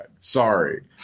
Sorry